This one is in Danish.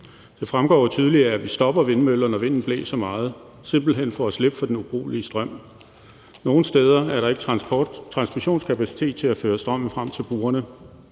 Det fremgår tydeligt af, at vi stopper vindmøllerne, når vinden blæser meget, simpelt hen for at slippe for den ubrugelige strøm. Nogle steder er der ikke transmissionskapacitet til at føre strømmen frem til brugerne,